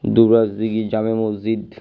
দুবরাজদিঘির জামে মসজিদ